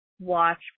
watch